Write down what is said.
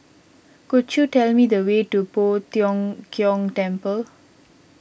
could you tell me the way to Poh Tiong Kiong Temple